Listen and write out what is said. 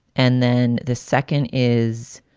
and then the second is,